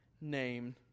named